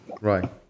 Right